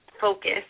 focus